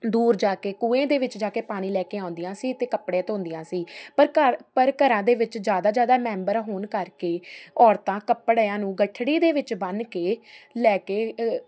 ਦੂਰ ਜਾ ਕੇ ਕੂਏ ਦੇ ਵਿੱਚ ਜਾ ਕੇ ਪਾਣੀ ਲੈ ਕੇ ਆਉਂਦੀਆਂ ਸੀ ਅਤੇ ਕੱਪੜੇ ਧੋਂਦੀਆਂ ਸੀ ਪਰ ਘਰ ਪਰ ਘਰਾਂ ਦੇ ਵਿੱਚ ਜ਼ਿਆਦਾ ਜ਼ਿਆਦਾ ਮੈਂਬਰ ਹੋਣ ਕਰਕੇ ਔਰਤਾਂ ਕੱਪੜਿਆਂ ਨੂੰ ਗੱਠੜੀ ਦੇ ਵਿੱਚ ਬੰਨ੍ਹ ਕੇ ਲੈ ਕੇ